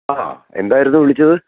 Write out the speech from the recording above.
ആ എന്തായിരുന്നു വിളിച്ചത്